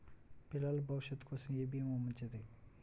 పిల్లల భవిష్యత్ కోసం ఏ భీమా మంచిది?